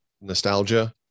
nostalgia